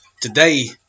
today